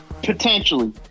Potentially